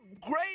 great